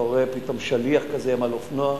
אתה רואה פתאום שליח כזה על אופנוע,